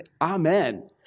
amen